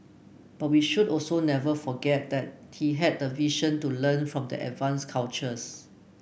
but we should also never forget that he had the vision to learn from the advanced cultures